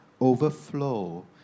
overflow